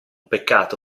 peccato